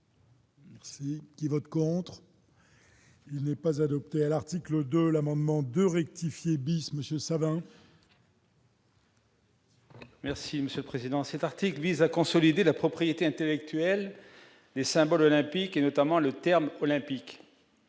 Merci qui vote contre. Il n'est pas adoptée à l'article de l'amendement de rectifier bis monsieur ça. Merci Monsieur le Président, cet article vise à consolider la propriété intellectuelle mais symboles olympiques et notamment le terme olympique